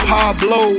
Pablo